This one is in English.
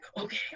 okay